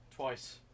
Twice